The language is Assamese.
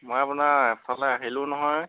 মই আপোনাৰ এফালে আহিলোঁ নহয়